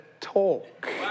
talk